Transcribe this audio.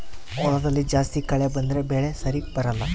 ಹೊಲದಲ್ಲಿ ಜಾಸ್ತಿ ಕಳೆ ಬಂದ್ರೆ ಬೆಳೆ ಸರಿಗ ಬರಲ್ಲ